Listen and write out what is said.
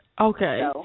Okay